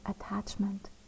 attachment